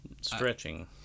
Stretching